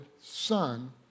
Son